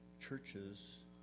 churches